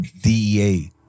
DEA